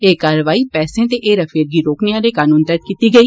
एह् कारवाई पैसें दे हेरफेर गी रोकने आले कनून तैहत कीती गेई